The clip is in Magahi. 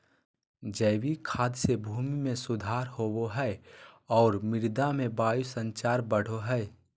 जैविक खाद से भूमि में सुधार होवो हइ और मृदा में वायु संचार बढ़ो हइ